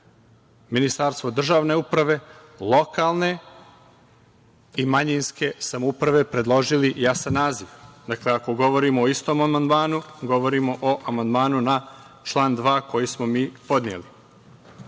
ministarstvo državne uprave, lokalne i manjinske samouprave predložili jasan naziv. Dakle, ako govorimo o istom amandmanu, govorimo o amandmanu na član 2. koji smo mi podneli. Ukoliko